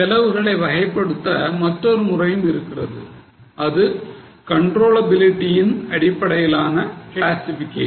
செலவுகளை வகைப்படுத்த மற்றொரு முறையும் இருக்கிறது அது controllability ன் அடிப்படையிலான classification